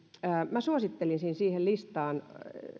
minä suosittelisin